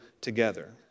together